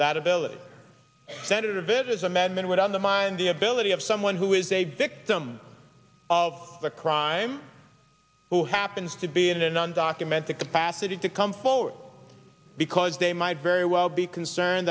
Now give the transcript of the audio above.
that ability senator vitter his amendment would undermine the ability of someone who is a victim of the crime who happens to be an undocumented capacity to come forward because they might very well be concerned